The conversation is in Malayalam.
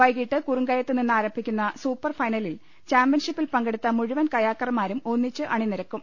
വൈകീട്ട് കുറുങ്കയത്ത് നിന്നാരംഭിക്കുന്ന സൂപ്പർ ഫൈനലിൽ ചാമ്പ്യൻഷിപ്പിൽ പങ്കെടുത്ത മുഴുവൻ കയാക്കർമാരും ഒന്നിച്ച് അണിനിരക്കും